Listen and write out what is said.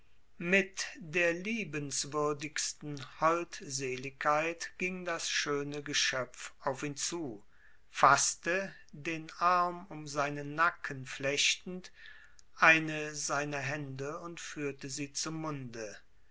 mit der liebenswürdigsten holdseligkeit ging das schöne geschöpf auf ihn zu faßte den arm um seinen nacken flechtend eine seiner hände und führte sie zum munde